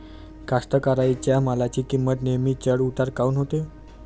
कास्तकाराइच्या मालाची किंमत नेहमी चढ उतार काऊन होते?